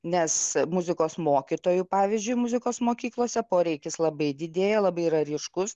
nes muzikos mokytojų pavyzdžiui muzikos mokyklose poreikis labai didėja labai yra ryškus